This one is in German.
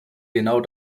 genau